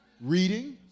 reading